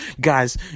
Guys